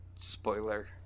Spoiler